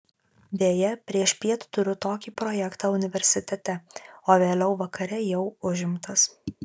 deja priešpiet turiu tokį projektą universitete o vėliau vakare jau užimtas